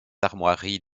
armoiries